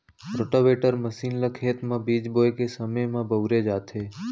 rotavator machine ल खेत म बीज बोए के समे म बउरे जाथे